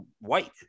white